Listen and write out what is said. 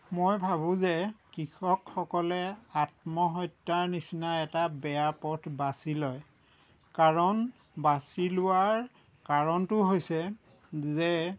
মই ভাবোঁ যে কৃষকসকলে আত্মহত্যাৰ নিচিনা এটা বেয়া পথ বাছি লয় কাৰণ বাছি লোৱাৰ কাৰণটো হৈছে যে